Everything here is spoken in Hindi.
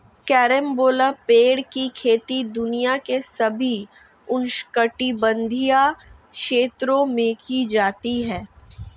कैरम्बोला पेड़ की खेती दुनिया के सभी उष्णकटिबंधीय क्षेत्रों में की जाती है